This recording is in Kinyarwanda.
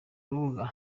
rubuga